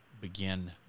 begin